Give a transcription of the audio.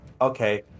Okay